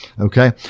Okay